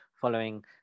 following